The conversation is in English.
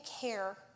care